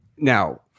Now